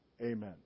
Amen